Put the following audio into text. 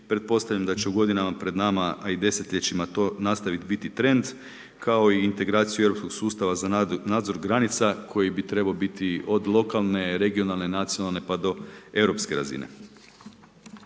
Pretpostavljam da će u godinama pred nama, a i desetljećima to nastaviti biti trend, kao integraciju europskog sustava za nadzor granica koji bi trebao biti od lokalne, regionalne, nacionalne, pa do europske razine.